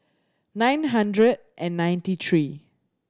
nine hundred and ninety three